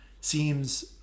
seems